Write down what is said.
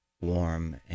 warm